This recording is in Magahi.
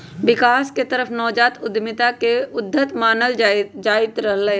विकास के तरफ नवजात उद्यमिता के उद्यत मानल जाईंत रहले है